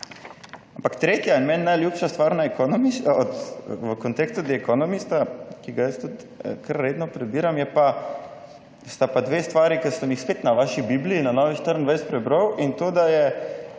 tretja in meni najljubša stvar v kontekstu Economista, ki ga jaz tudi kar redno prebiram sta pa dve stvari, ki sem jih spet na vaši bibliji, na Novi 24 prebral in to, da je